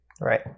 Right